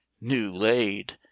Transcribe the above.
new-laid